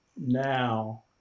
now